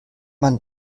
man